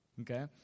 Okay